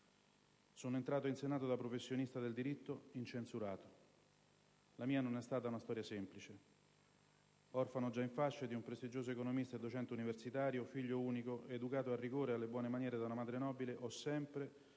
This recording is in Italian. Sono entrato in Senato da professionista del diritto incensurato. La mia non è stata una storia semplice. Orfano già in fasce di un prestigioso economista docente universitario, figlio unico, educato al rigore e alle buone maniere da una madre nobile, ho da sempre